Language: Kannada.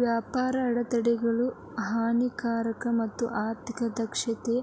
ವ್ಯಾಪಾರದ ಅಡೆತಡೆಗಳು ಹಾನಿಕಾರಕ ಮತ್ತ ಆರ್ಥಿಕ ದಕ್ಷತೆನ